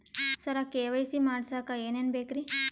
ಸರ KYC ಮಾಡಸಕ್ಕ ಎನೆನ ಬೇಕ್ರಿ?